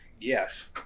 Yes